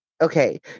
Okay